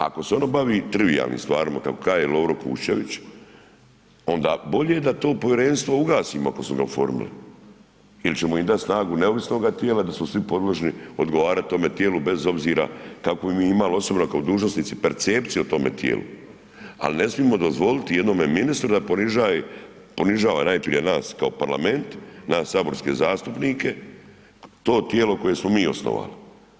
Ako se ono bavi trivijalnim stvarima kako kaže Lovro Kušćević onda bolje da to povjerenstvo ugasimo ako smo ga oformili ili ćemo im dati snagu neovisnoga tijela da smo svi podložni odgovarati tome tijelu bez obzira kakvu mi imali osobno kao dužnosnici percepciju o tome tijelu, ali ne smijemo dozvoliti jednome ministru da ponižava najprije nas kao parlament, nas saborske zastupnike to tijelo koje smo mi osnovali.